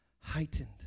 heightened